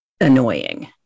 Annoying